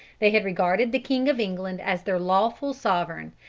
they had regarded the king of england as their lawful sovereign,